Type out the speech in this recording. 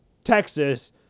Texas